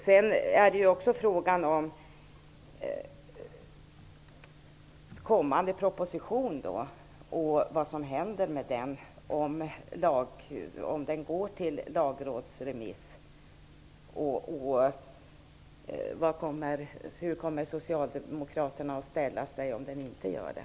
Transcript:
Sedan har vi också frågan om vad som händer med den kommande propositionen, om den går på lagrådsremiss. Hur kommer Socialdemokraterna att ställa sig, om den inte gör det?